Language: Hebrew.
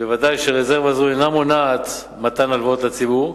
בוודאי שרזרבה זו אינה מונעת מתן הלוואות לציבור,